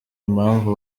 impamvu